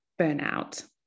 burnout